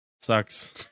sucks